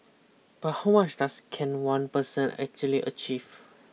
but how much does can one person actually achieve